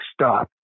stop